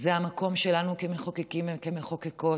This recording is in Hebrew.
זה המקום שלנו כמחוקקים וכמחוקקות